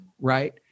right